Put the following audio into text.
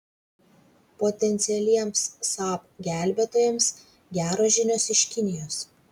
potencialiems saab gelbėtojams geros žinios iš kinijos